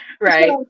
Right